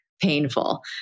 painful